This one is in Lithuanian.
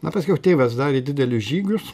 na paskiau tėvas darė didelius žygius